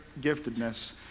giftedness